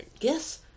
Yes